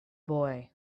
boy